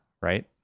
right